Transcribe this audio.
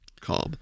calm